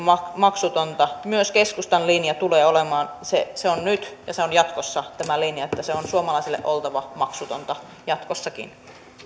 maksutonta myös keskustan linja tulee olemaan se se on nyt ja se on jatkossa tämä linja että sen on suomalaisille oltava maksutonta jatkossakin